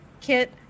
Kit